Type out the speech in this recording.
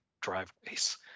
driveways